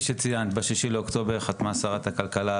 עדיין לא דיברנו עם שר הבריאות ואנחנו מחכים שהוא יקבל